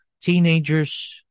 Teenagers